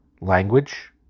language